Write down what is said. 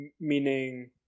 meaning